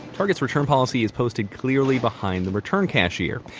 target's return policy is posted clearly behind the return cashier.